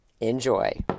Enjoy